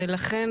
ולכן,